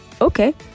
Okay